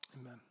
amen